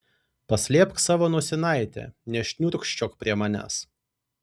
paslėpk savo nosinaitę nešniurkščiok prie manęs